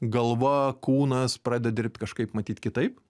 galva kūnas pradeda dirbt kažkaip matyt kitaip